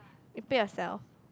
you pay yourself